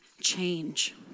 change